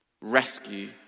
Rescue